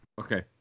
Okay